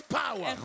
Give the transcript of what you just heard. power